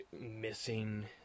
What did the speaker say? missing